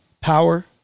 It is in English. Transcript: power